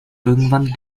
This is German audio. irgendwann